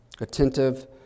attentive